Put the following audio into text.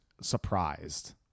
surprised